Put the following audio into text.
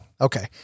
Okay